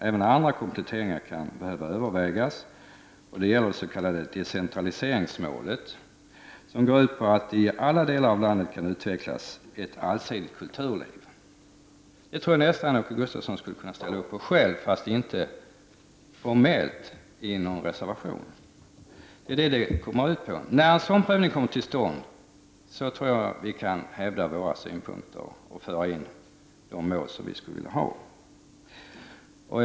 Även andra kompletteringar kan behöva övervägas.” Det gäller det s.k. decentraliseringsmålet, som går ut på att det i alla delar av landet kan utvecklas ett allsidigt kulturliv. Jag tror nästan att Åke Gustavsson skulle kunna ställa sig bakom detta, fast han inte vill göra det formellt i en reservation. När en sådan här prövning kommer till stånd tror jag att vi kan hävda våra synpunkter och föra in de mål som vi skulle vilja nå.